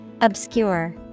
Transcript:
Obscure